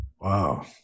Wow